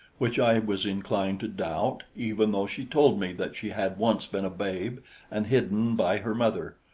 which i was inclined to doubt, even though she told me that she had once been a babe and hidden by her mother.